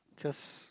cause